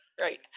Right